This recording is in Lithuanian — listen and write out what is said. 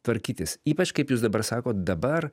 tvarkytis ypač kaip jūs dabar sakot dabar